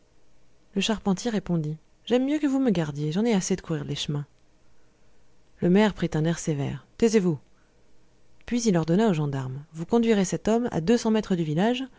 le charpentier répondit j'aime mieux que vous me gardiez j'en ai assez de courir les chemins le maire prit un air sévère taisez-vous puis il ordonna aux gendarmes vous conduirez cet homme à deux cents mètres du village